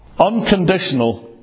Unconditional